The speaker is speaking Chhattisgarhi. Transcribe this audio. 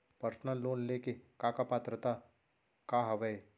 पर्सनल लोन ले के का का पात्रता का हवय?